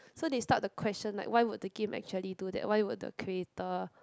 so they start the question like why would the game actually do that why would the creator